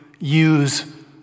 use